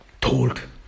told